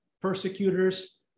persecutors